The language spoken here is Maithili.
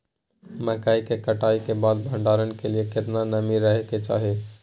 मकई के कटाई के बाद भंडारन के लिए केतना नमी रहै के चाही?